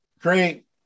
great